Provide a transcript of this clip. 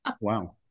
Wow